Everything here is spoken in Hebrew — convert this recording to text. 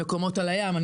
מקומות על הים,